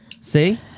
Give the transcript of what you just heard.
See